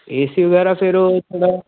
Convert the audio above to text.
ਏ C ਵਗੈਰਾ ਫਿਰ ਉਹ ਥੋੜ੍ਹਾ